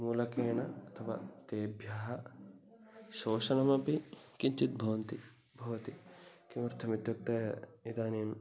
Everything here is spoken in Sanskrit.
मूलकेन अथवा तेभ्यः शोषणमपि किञ्चित् भवति भवति किमर्थम् इत्युक्ते इदानीम्